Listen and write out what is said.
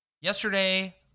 Yesterday